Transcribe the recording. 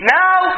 now